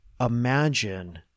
imagine